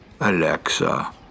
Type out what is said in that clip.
Alexa